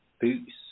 boots